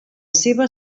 seva